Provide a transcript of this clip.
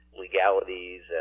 legalities